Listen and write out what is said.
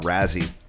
Razzie